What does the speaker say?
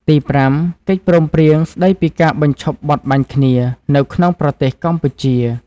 ទីប្រាំ កិច្ចព្រមព្រៀង ស្តីពីការបញ្ឈប់បទបាញ់គ្នា នៅក្នុងប្រទេសកម្ពុជា។